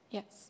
Yes